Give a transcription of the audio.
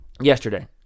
yesterday